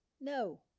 No